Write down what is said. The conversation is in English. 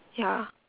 ya